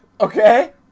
Okay